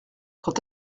quand